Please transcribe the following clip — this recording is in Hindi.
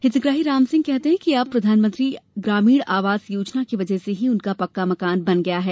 हितग्राही रामसिंह कहते हैं कि अब प्रधानमंत्री ग्रामीण आवास योजना की वजह से मेरा भी पक्का मकान बन गया है